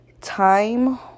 time